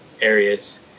areas